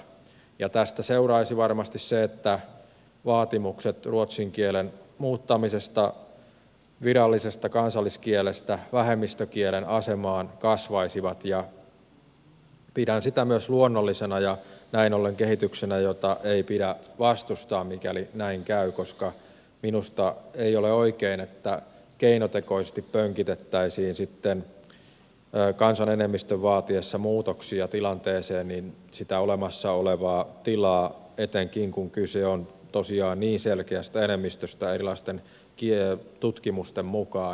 ja tästä seuraisi varmasti se että vaatimukset ruotsin kielen muuttamisesta virallisesta kansalliskielestä vähemmistökielen asemaan kasvaisivat ja pidän sitä myös luonnollisena ja näin ollen kehityksenä jota ei pidä vastustaa mikäli näin käy koska minusta ei ole oikein että keinotekoisesti pönkitettäisiin sitten kansan enemmistön vaatiessa muutoksia tilanteeseen sitä olemassa olevaa tilaa etenkin kun kyse on tosiaan niin selkeästä enemmistöstä erilaisten tutkimusten mukaan